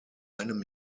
einem